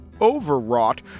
overwrought